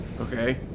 Okay